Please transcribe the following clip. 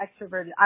extroverted